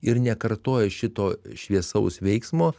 ir nekartoja šito šviesaus veiksmo